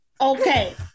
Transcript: okay